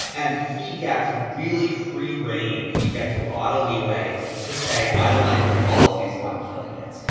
and he gets really free reign. he gets a lot of leeway to say i don't like this policy so i'm killing it.